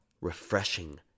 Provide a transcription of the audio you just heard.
refreshing